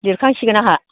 लिरखांसिगोन आंहा